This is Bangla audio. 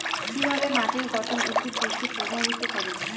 কিভাবে মাটির গঠন উদ্ভিদ বৃদ্ধি প্রভাবিত করে?